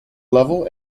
level